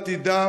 עתידה